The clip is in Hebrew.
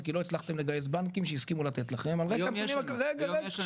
זה היה כי לא הצלחתם לגייס בנקים שהסכימו לתת לכם על רקע --- היום יש.